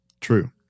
True